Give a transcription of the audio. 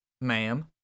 ma'am